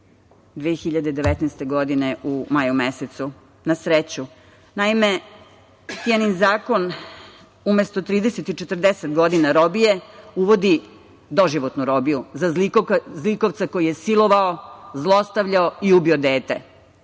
2019. godine u maju mesecu, na sreću. Naime, „Tijanin zakon“ umesto 30 i 40 godina robije uvodi doživotnu robiju za zlikovca koji je silovao, zlostavljao i ubio dete.